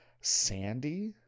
Sandy